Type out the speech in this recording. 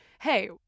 hey